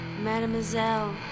Mademoiselle